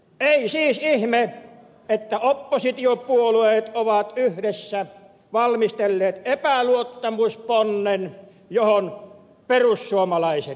ei siis ihme että oppositiopuolueet ovat yhdessä valmistelleet epäluottamusponnen johon perussuomalaiset yhtyvät